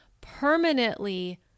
permanently